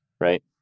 right